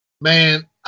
Man